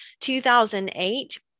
2008